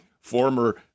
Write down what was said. former